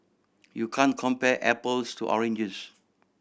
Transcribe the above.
you can compare apples to oranges